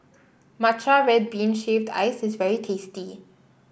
Matcha Red Bean Shaved Ice is very tasty